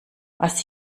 was